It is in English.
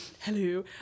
Hello